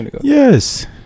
Yes